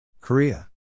Korea